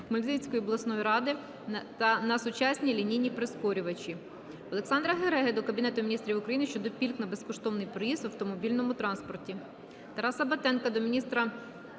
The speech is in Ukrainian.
Хмельницької обласної ради на сучасні лінійні прискорювачі. Олександра Гереги до Кабінету Міністрів України щодо пільг на безкоштовний проїзд в автомобільному транспорті.